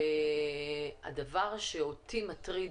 והדבר שאותי מטריד